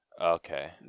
Okay